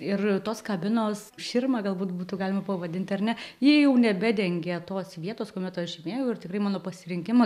ir tos kabinos širmą galbūt būtų galima pavadinti ar ne jie jau nebedengė tos vietos kuomet aš žymėjau ir tikrai mano pasirinkimą